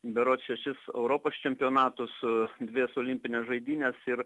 berods šešis europos čempionatus dvejas olimpines žaidynes ir